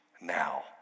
now